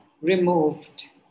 removed